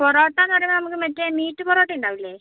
പൊറോട്ടാന്ന് പറയുമ്പോൾ നമുക്ക് മറ്റേ മീറ്റ് പൊറോട്ട ഉണ്ടാവില്ലേ